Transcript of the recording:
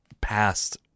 past